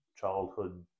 childhood